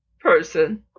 person